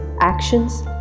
actions